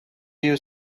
you